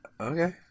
okay